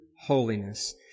holiness